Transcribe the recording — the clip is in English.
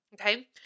Okay